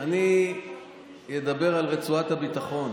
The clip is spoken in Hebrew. אני אדבר על רצועת הביטחון.